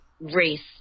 race